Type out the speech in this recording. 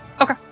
Okay